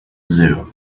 zoo